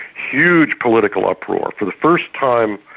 huge political uproar, for the first time,